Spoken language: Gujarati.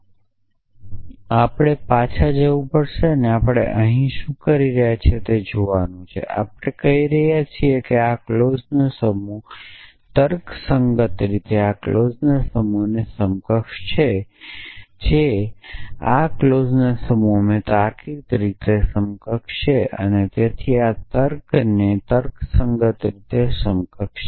આપણે આ સ્ટેટમેંટ પર પાછા જવું પડશે અને આપણે અહીં શું કહી રહ્યા છે તે જોવાનું છે આપણે કહી રહ્યા છીએ કે આ ક્લોઝનો આ સમૂહ તર્કસંગત રીતે આ ક્લોઝના સમૂહને સમકક્ષ છે જે આ ક્લોઝના સમૂહને તાર્કિક રીતે સમકક્ષ છે અને તેથી આ બંને તર્કસંગત રીતે સમકક્ષ છે